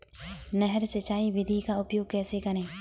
नहर सिंचाई विधि का उपयोग कैसे करें?